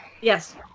Yes